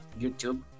YouTube